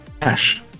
Ash